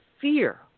fear